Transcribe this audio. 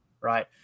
right